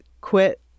quit